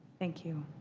thank you.